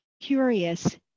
curious